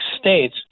states